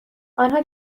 آنها